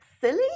silly